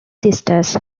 sisters